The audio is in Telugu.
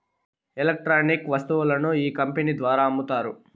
ఎలక్ట్రానిక్ వస్తువులను ఈ కంపెనీ ద్వారా అమ్ముతారు